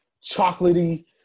chocolatey